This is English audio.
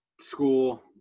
school